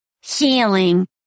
healing